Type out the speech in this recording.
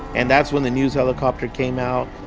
and that's when the news helicopter came out.